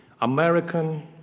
American